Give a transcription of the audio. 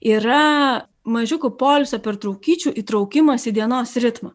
yra mažiukų poilsio pertraukyčių įtraukimas į dienos ritmą